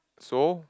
so